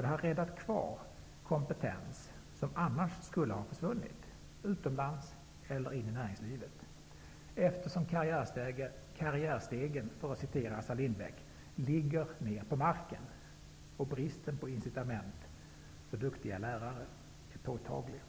Det har räddat kvar kompetens som annars skulle ha försvunnit utomlands eller in i näringslivet, eftersom karriärstegen -- för att citera Assar Lindbäck -- ligger ner på marken, och bristen på incitament för duktiga lärare är påtaglig.